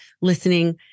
listening